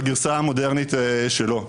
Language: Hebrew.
בגרסה המודרנית שלו.